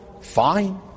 Fine